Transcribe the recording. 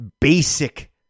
basic